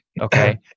Okay